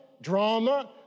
drama